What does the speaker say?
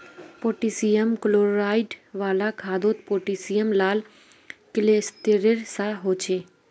potassium chloride वाला खादोत potassium लाल क्लिस्तेरेर सा होछे